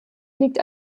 liegt